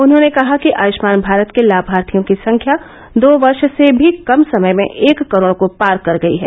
उन्होंने कहा कि आयुष्मान भारत के लाभार्थियों की संख्या दो वर्ष से भी कम समय में एक करोड़ को पार कर गई है